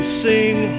sing